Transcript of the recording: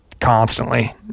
constantly